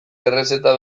errezeta